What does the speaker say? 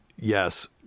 yes